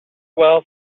swell